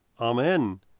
Amen